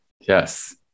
Yes